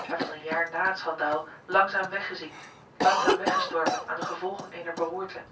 hij was een jaar na het schandaal langzaam weggeziekt langzaam weggestorven aan de gevolgen eener beroerte